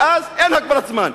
ואז אין הגבלת זמן.